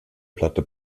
platte